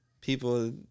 people